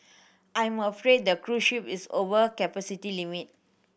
I'm afraid the cruise ship is over capacity limit